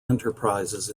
enterprises